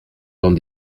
dans